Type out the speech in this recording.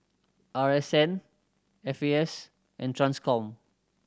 R S N F A S and Transcom